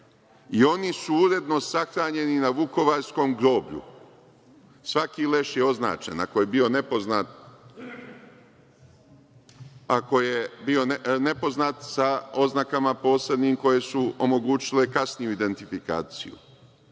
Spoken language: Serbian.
i oni su uredno sahranjeni na Vukovarskom groblju. Svaki leš je označen. Ako je bio neko nepoznat, sa oznakama posebnim koje su omogućile kasniju identifikaciju.